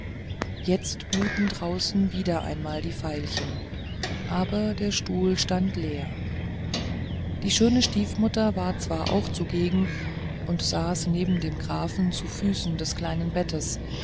jetzt blühten draußen wieder einmal die veilchen aber der stuhl stand leer die schöne stiefmutter war zwar auch zugegen und saß neben dem grafen zu füßen des kleinen bettes